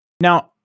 Now